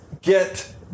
get